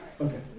Okay